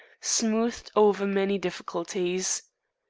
smoothed over many difficulties.